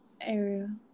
area